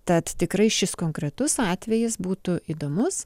tad tikrai šis konkretus atvejis būtų įdomus